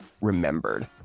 remembered